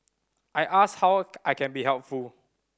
I ask how I can be helpful